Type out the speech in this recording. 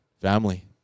family